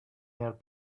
their